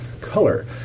color